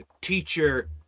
teacher